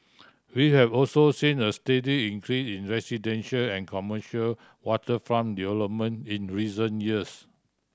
we have also seen a steady increase in residential and commercial waterfront development in recent years